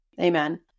amen